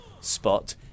spot